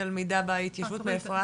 תלמידה בהתיישבות, מאיפה את?